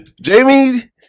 Jamie